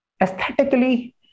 aesthetically